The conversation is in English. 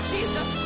Jesus